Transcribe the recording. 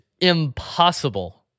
impossible